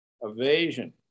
evasion